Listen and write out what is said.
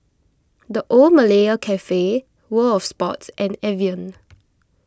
the Old Malaya Cafe World of Sports and Evian